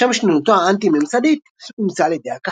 שם שנינותו האנטי-ממסדית אומצה על ידי הקהל.